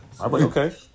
okay